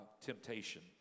temptation